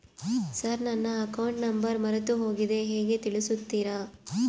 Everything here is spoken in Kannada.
ಸರ್ ನನ್ನ ಅಕೌಂಟ್ ನಂಬರ್ ಮರೆತುಹೋಗಿದೆ ಹೇಗೆ ತಿಳಿಸುತ್ತಾರೆ?